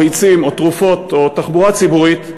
ביצים או תרופות או ייסע בתחבורה ציבורית,